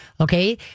Okay